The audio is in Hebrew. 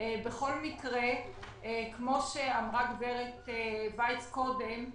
בכל מקרה, כמו שאמרה גברת וייץ קודם,